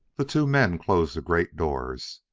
the two men closed the great doors,